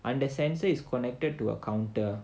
under sensor is connected to a counter